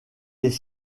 les